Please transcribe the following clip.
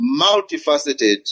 multifaceted